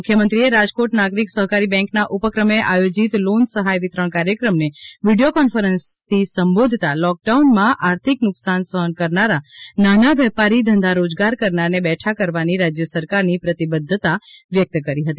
મુખ્યમંત્રીએ રાજકોટ નાગરિક સહકારી બેન્કના ઉપક્રમે આયોજીત લોન સહાય વિતરણ કાર્યક્રમને વિડીઓ કોન્ફરન્સથી સંબોધતાં લોકડાઉનમાં આર્થિક નુકશાન સહન કરનારા નાના વેપારી ધંધા રોજગાર કરનારાને બેઠા કરવાની રાજ્ય સરકારની પ્રતિબધ્ધતા વ્યક્ત કરી હતી